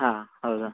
ಹಾಂ ಹೌದಾ